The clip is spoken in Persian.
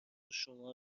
شما